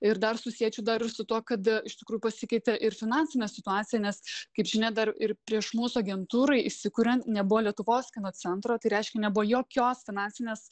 ir dar susiečiau dar ir su tuo kad iš tikrųjų pasikeitė ir finansinė situacija nes kaip žinia dar ir prieš mūsų agentūrai įsikuriant nebuvo lietuvos kino centro tai reiškia nebuvo jokios finansinės